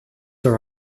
that